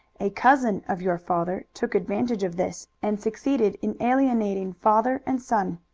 a cousin of your father took advantage of this and succeeded in alienating father and son.